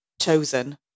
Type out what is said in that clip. Chosen